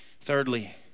Thirdly